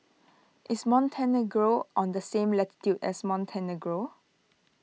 is Montenegro on the same latitude as Montenegro